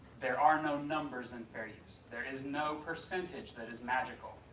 there are no numbers in fair use, there is no percentage that is magical.